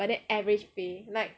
but then average pay like